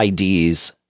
IDs